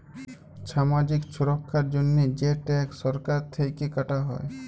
ছামাজিক ছুরক্ষার জন্হে যে ট্যাক্স সরকার থেক্যে কাটা হ্যয়